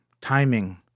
timing